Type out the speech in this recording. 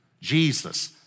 Jesus